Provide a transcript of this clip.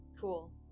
Cool